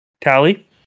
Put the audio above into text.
Tally